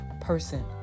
person